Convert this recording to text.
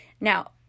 Now